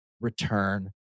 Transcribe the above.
return